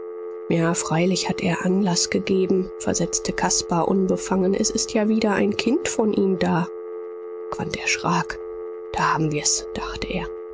ja freilich hat er anlaß gegeben versetzte caspar unbefangen es ist ja wieder ein kind von ihm da quandt erschrak da haben wir's dachte er